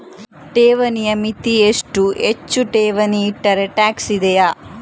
ಠೇವಣಿಯ ಮಿತಿ ಎಷ್ಟು, ಹೆಚ್ಚು ಠೇವಣಿ ಇಟ್ಟರೆ ಟ್ಯಾಕ್ಸ್ ಇದೆಯಾ?